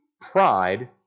pride